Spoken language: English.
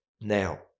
now